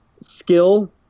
skill